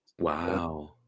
Wow